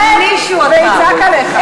המנהל כהן ויצעק עליך.